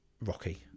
Rocky